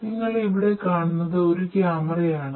നിങ്ങൾ ഇവിടെ കാണുന്നത് ഒരു കാമറ ആണ്